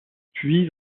puis